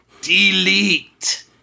delete